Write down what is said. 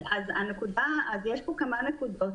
אז יש פה כמה נקודות.